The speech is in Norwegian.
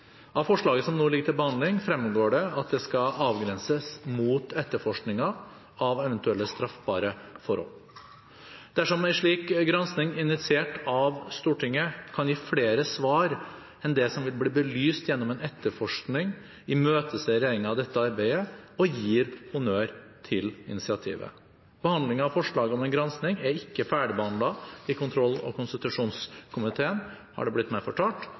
Av forslaget som nå ligger til behandling, fremgår det at det skal avgrenses mot etterforskningen av eventuelle straffbare forhold. Dersom en slik gransking initiert av Stortinget kan gi flere svar enn det som vil bli belyst gjennom en etterforskning, imøteser regjeringen dette arbeidet og gir honnør til initiativet. Behandlingen av forslaget om en gransking er ikke ferdig behandlet i kontroll- og konstitusjonskomiteen, har det blitt meg fortalt,